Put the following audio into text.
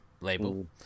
label